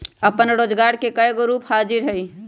अप्पन रोजगार के कयगो रूप हाजिर हइ